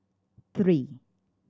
three